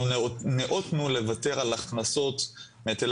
אנחנו נאותנו לוותר על הכנסות מהיטלי